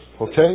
Okay